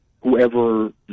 whoever